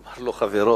אמר לו חברו: